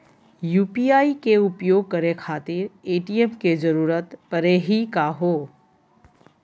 UPI के उपयोग करे खातीर ए.टी.एम के जरुरत परेही का हो?